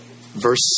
verse